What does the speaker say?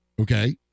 Okay